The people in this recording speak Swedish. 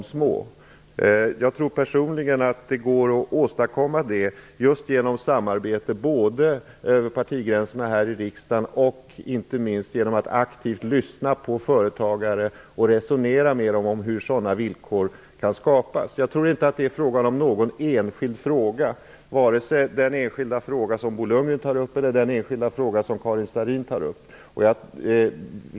Personligen tror jag att just det går att åstadkomma både genom att samarbeta över partigränserna här i riksdagen och genom att aktivt lyssna på företagare, för att resonera med dem om hur sådana villkor kan skapas. Jag tror inte att det rör sig om någon enskild fråga, varken den enskilda fråga som Bo Lundgren tar upp eller den som Karin Starrin tar upp.